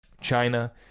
China